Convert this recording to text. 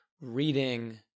reading